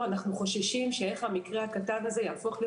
אנו חוששים איך המקרה הקטן הזה יהפוך להיות